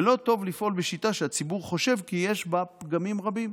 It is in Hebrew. ולא טוב לפעול בשיטה שהציבור חושב כי יש בה פגמים רבים.